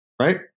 right